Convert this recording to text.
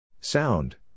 Sound